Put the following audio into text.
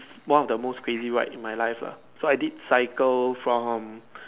one of the most crazy ride in my life lah so I did cycle from home